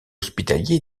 hospitalier